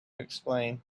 explain